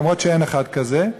אף שאין אחד כזה,